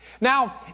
Now